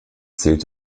zählt